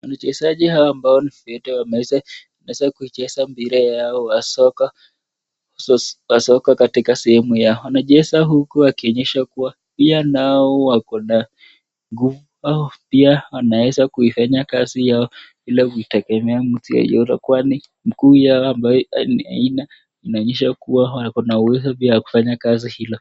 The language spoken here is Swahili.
Wachezaji hawa ambao ni VETA wameweza kuicheza mpira yao ya soka katika sehemu ya. Wanacheza huku wakionyesha kuwa pia nao wako na nguvu au pia wanaweza kuifanya kazi yao bila kumtegemea mtu yeyote kwani mguu yao ambaye aina inaonyesha kuwa wako na uwezo wa kufanya kazi hilo.